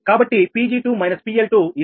కాబట్టి 𝑃𝑔2 − 𝑃𝐿2 0